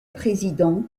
président